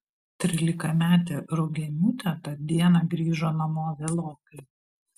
trylikametė rugieniūtė tą dieną grįžo namo vėlokai